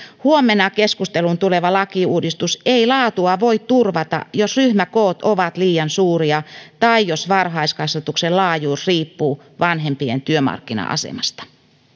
huomenna keskusteluun tuleva lakiuudistus ei laatua voi turvata jos ryhmäkoot ovat liian suuria tai jos varhaiskasvatuksen laajuus riippuu vanhempien työmarkkina asemasta